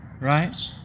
right